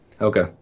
Okay